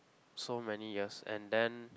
so many years and then